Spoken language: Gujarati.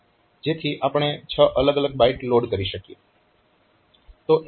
જેથી આપણે 6 અલગ અલગ બાઈટ લોડ કરી શકીએ